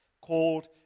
called